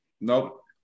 Nope